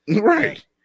Right